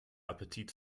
appetit